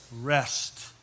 rest